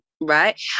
right